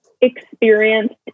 experienced